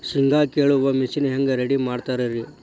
ಶೇಂಗಾ ಕೇಳುವ ಮಿಷನ್ ಹೆಂಗ್ ರೆಡಿ ಮಾಡತಾರ ರಿ?